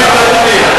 מהזמן שלי,